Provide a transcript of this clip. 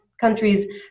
countries